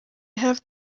have